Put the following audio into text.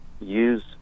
use